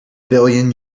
billion